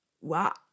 wow